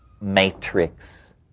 matrix